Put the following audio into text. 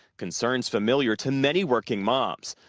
concerns familiar to many working moms.